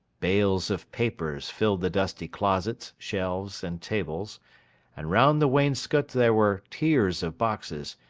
bales of papers filled the dusty closets, shelves, and tables and round the wainscot there were tiers of boxes,